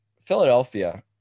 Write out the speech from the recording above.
Philadelphia